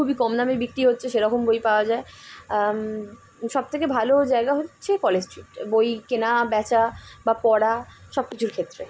খুবই কম দামে বিক্রি হচ্ছে সেরকম বই পাওয়া যায় সব থেকে ভালো জায়গা হচ্ছে কলেজ স্ট্রিট বই কেনা বেচা বা পড়া সব কিছুর ক্ষেত্রে